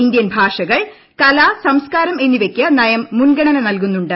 Indian ഭാഷകൾ കല സംസ്കാരം എന്നിവയ്ക്ക് നയം മുൻഗണന നൽകുന്നുണ്ട്